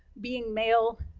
being male.